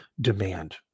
demand